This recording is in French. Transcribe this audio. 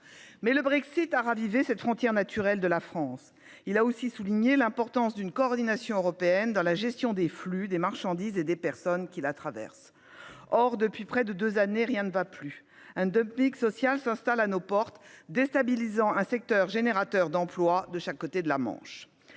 Le Brexit a ravivé cette frontière naturelle de la France. Il a aussi souligné l'importance d'une coordination européenne dans la gestion des flux, des marchandises et des personnes qui la traversent. Or, depuis près de deux années, rien ne va plus. Un dumping social s'installe à nos portes, déstabilisant un secteur générateur d'emplois de chaque côté de la Manche.